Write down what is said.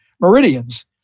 meridians